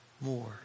more